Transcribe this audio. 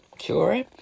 Sure